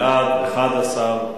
בעד, 11,